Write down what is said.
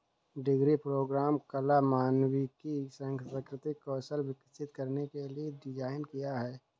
degree programme कला, मानविकी, सांस्कृतिक कौशल विकसित करने के लिए डिज़ाइन किया है